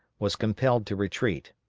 was compelled to retreat.